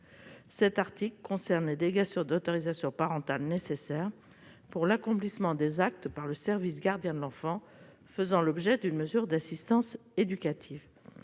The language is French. Cet article concerne les délégations de l'autorité parentale nécessaires à l'accomplissement des actes par le service gardien de l'enfant faisant l'objet d'une mesure d'assistance éducative.